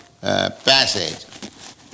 passage